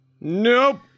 Nope